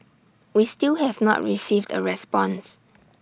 we still have not received A response